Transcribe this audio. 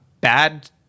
bad